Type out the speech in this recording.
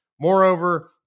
moreover